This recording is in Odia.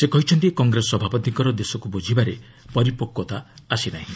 ସେ କହିଛନ୍ତି କଂଗ୍ରେସ ସଭାପତିଙ୍କର ଦେଶକୁ ବୁଝିବାରେ ପରିପକ୍ୱତା ଆସି ନାହିଁ